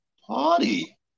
party